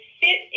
fit